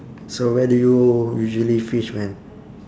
so where do you usually fish man